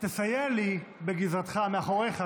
תסייע לי בגזרתך, מאחוריך.